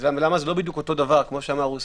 בדיוק אותו דבר כמו שאמר חבר הכנסת